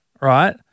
Right